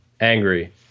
angry